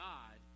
God